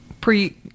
pre